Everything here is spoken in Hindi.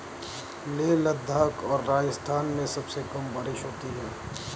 लेह लद्दाख और राजस्थान में सबसे कम बारिश होती है